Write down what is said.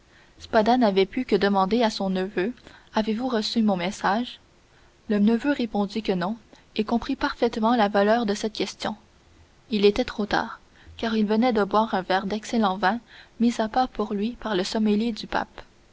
n'avait pu que demander à son neveu avez-vous reçu mon message le neveu répondit que non et comprit parfaitement la valeur de cette question il était trop tard car il venait de boire un verre d'excellent vin mis à part pour lui par le sommelier du pape